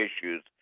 issues